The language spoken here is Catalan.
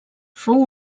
fou